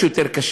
שהוא יותר קשה,